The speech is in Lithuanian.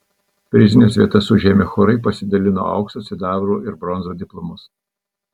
prizines vietas užėmę chorai pasidalino aukso sidabro ir bronzos diplomus